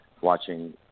watching